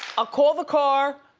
ah call the car,